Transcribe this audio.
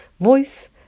Voice